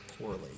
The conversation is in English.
poorly